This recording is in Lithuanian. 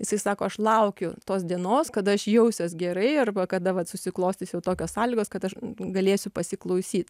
jisai sako aš laukiu tos dienos kada aš jausiuos gerai arba kada vat susiklostys jau tokios sąlygos kad aš galėsiu pasiklausyt